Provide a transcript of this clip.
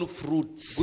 fruits